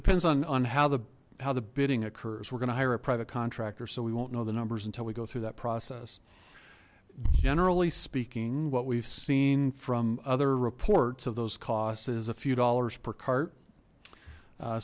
depends on how the how the bidding occurs we're gonna hire a private contractor so we won't know the numbers until we go through that process generally speaking what we've seen from other reports of those costs is a few dollars per cart